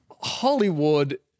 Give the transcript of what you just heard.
Hollywood